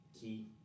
Key